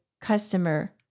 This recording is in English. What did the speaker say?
customer